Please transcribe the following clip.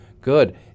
Good